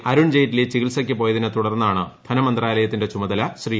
അരുൺ ജെയ്റ്റ്ലി ചികിത്സയ്ക്ക് പോയതിനെ തുടർന്നാണ് ധനമന്ത്രാലയത്തിന്റെ ചുമതല ശ്രീ